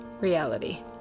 reality